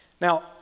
Now